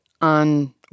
on